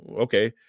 okay